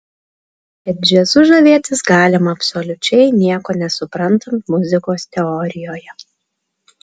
ir džiazu žavėtis galima absoliučiai nieko nesuprantant muzikos teorijoje